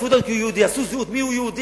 רדפו אותנו כיהודים, עשו זהות: מיהו יהודי.